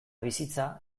bizitza